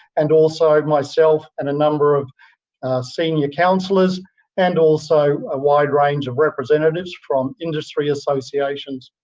and also myself and a number of senior councillors, and also a wide range of representatives from industry associations.